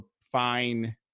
fine